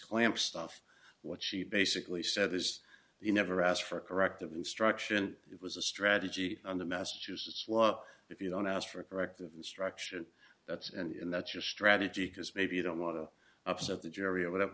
clamp stuff what she basically said is you never asked for corrective instruction it was a strategy on the massachusetts law if you don't ask for a corrective instruction that's and that's your strategy because maybe you don't want to upset the jury about it whatever